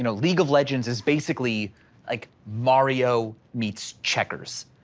you know league of legends is basically like mario meets checkers.